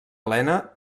helena